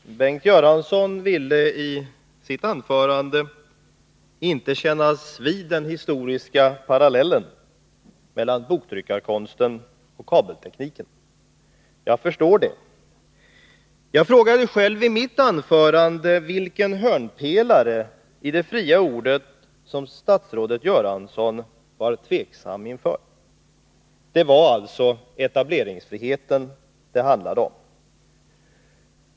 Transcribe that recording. Herr talman! Bengt Göransson ville i sitt anförande inte kännas vid den historiska parallellen mellan boktryckarkonsten och kabeltekniken. Jag förstår det. Jag frågade själv i mitt anförande vilken hörnpelare i det fria ordet som statsrådet Göransson var tveksam inför. Det var alltså etableringsfriheten det handlade om.